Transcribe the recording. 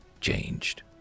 changed